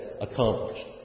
accomplished